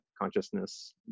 consciousness